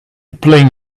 playing